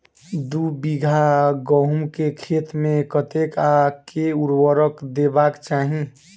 दु बीघा गहूम केँ खेत मे कतेक आ केँ उर्वरक देबाक चाहि?